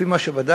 לפי מה שבדקתי,